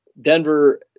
Denver